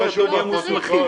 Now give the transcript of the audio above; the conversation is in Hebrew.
אחרת לא נהיה מוסמכים.